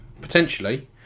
Potentially